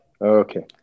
okay